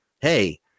Hey